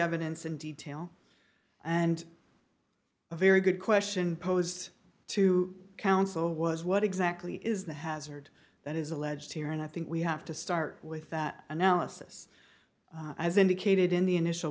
evidence in detail and a very good question posed to counsel was what exactly is the hazard that is alleged here and i think we have to start with that analysis as indicated in the initial